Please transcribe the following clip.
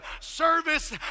service